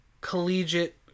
collegiate